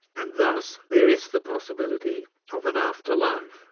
and thus there is the possibility of an afterlife.